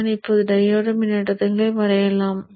நான் இப்போது டையோடு மின்னோட்டங்களை வரையலாம்